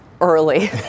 early